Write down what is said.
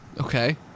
Okay